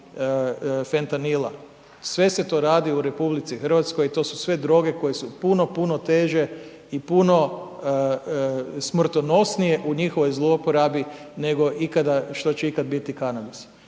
fentanila, sve se to radi u Republici Hrvatskoj, i to su sve droge koje su puno, puno teže i puno smrtonosnije u njihovoj zlouporabi, nego ikada, što će ikad biti kanabis.